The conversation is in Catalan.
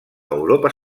europa